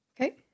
Okay